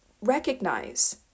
recognize